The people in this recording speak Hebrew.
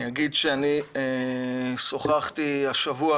שוחחתי השבוע